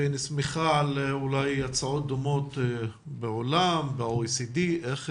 האם היא נסמכה על הצעות דומות בעולם או ב-OECD?